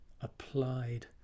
applied